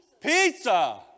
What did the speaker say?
Pizza